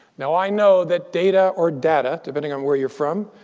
now i know that data or data, depending on where you're from,